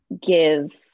give